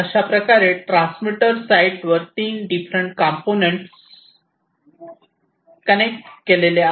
अशाप्रकारे ट्रान्समीटर साइटवर तीन डिफरंट कॉम्पोनन्ट्स कनेक्ट केले असतात